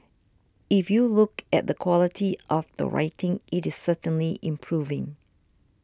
if you look at the quality of the writing it is certainly improving